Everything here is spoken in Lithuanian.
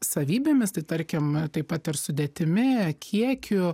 savybėmis tai tarkim taip pat ir sudėtimi kiekiu